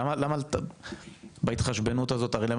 הרי,